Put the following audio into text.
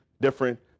different